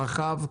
רחב,